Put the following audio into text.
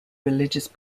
religious